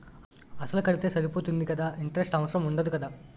అసలు కడితే సరిపోతుంది కదా ఇంటరెస్ట్ అవసరం ఉండదు కదా?